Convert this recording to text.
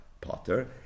Potter